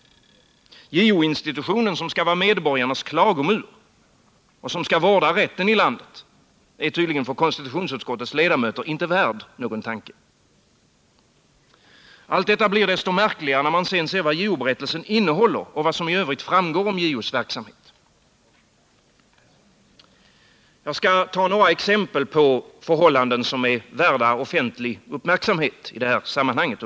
JO-institutionen, som skall vara medborgarnas klagomur och som skall vårda rätten i landet, är tydligen för konstitutionsutskottets ledamöter inte värd någon tanke. Allt detta blir desto märkligare när man sedan ser vad JO-berättelsen innehåller och vad som i övrigt framgår av JO:s verksamhet. Jag skall ta några exempel på förhållanden som är värda offentlig uppmärksamhet i detta sammanhang.